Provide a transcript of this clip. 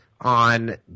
on